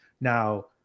Now